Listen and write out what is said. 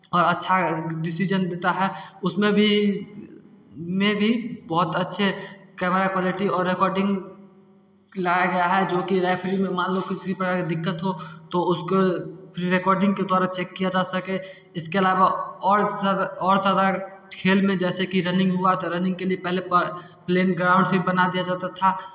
और अच्छा डिसिजन देता है उसमें भी में भी बहुत अच्छे कैमरा क्वालिटी और रिकॉर्डिंग लाया गया है जो कि रेफरी में मान लो किसी प्रकार की दिक्कत हो तो उसको फ़िर रिकार्डिंग के द्वारा चेक किया जा सके इसके अलावा और और साधारण खेल में जैसे कि रनिंग हुआ था रनिंग के लिए पहले प्लेन ग्राउंड भी बना दिया जाता था